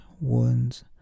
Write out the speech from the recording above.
wounds